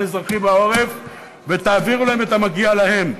אזרחי בעורף ותעבירו להם את המגיע להם,